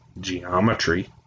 geometry